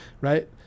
right